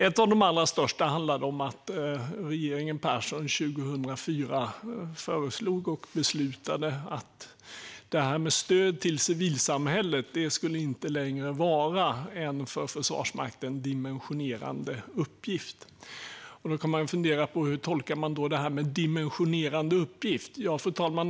Ett av de allra största var att regeringen Persson år 2004 föreslog och beslutade att stöd till civilsamhället inte längre skulle vara en för Försvarsmakten dimensionerande uppgift. Man kan ju fundera på hur detta med "dimensionerande uppgift" ska tolkas.